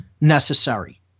necessary